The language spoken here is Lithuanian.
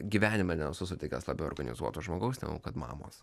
gyvenime nesu sutikęs labiau organizuoto žmogaus negu kad mamos